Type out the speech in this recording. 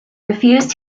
refused